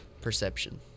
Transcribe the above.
Perception